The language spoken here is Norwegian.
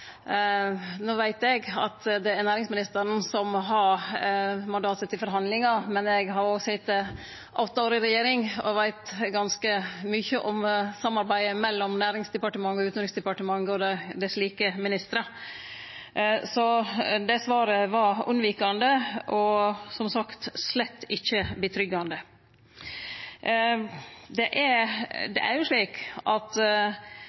veit eg at det er næringsministeren som har sete i forhandlingar, men eg har òg sete åtte år i regjering og veit ganske mykje om samarbeidet mellom Næringsdepartementet og Utanriksdepartementet og dess like ministrar. Det svaret var unnvikande og som sagt slett ikkje tryggande. Det er slik at